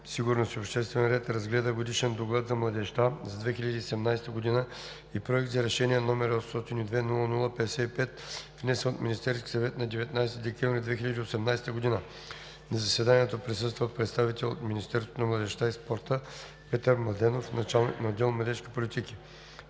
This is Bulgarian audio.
сигурност и обществен ред разгледа Годишен доклад за младежта за 2017 г. и Проект за решение, № 802 00-55, внесен от Министерския съвет на 19 декември 2018 г. На заседанието присъства представител от Министерството на младежта и спорта: Петър Младенов – началник отдел „Младежки политики“.